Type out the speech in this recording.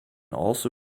also